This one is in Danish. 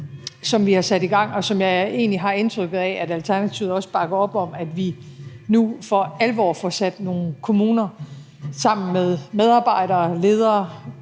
som vi har sat i gang, og som jeg egentlig har indtrykket af at Alternativet også bakker op om, og som betyder, at vi nu for alvor får sat nogle kommuner sammen med medarbejdere, ledere